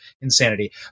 insanity